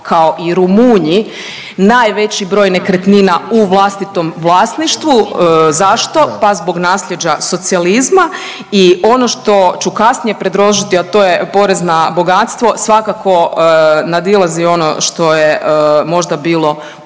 kao i Rumunji najveći broj nekretnina u vlastitom vlasništvu. Zašto? Pa zbog naslijeđa socijalizma. I ono što ću kasnije predložiti, a to je porez na bogatstvo. Svakako nadilazi ono što je možda bilo